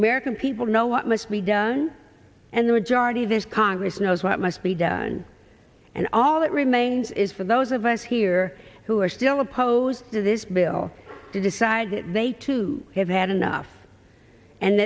american people know what must be done and the majority of this congress knows what must be done and all that remains is for those of us here who are still opposed to this bill to decide that they too have had enough and